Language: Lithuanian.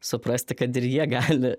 suprasti kad ir jie gali